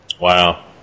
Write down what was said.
Wow